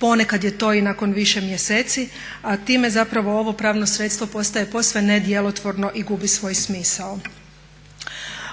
ponekad je to i nakon više mjeseci, a time zapravo ovo pravno sredstvo postaje posve nedjelotvorno i gubi svoj smisao.